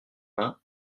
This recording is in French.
vingt